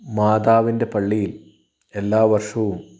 മാതാവിന്റെ പള്ളിയിൽ എല്ലാ വർഷവും